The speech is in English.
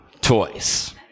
toys